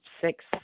six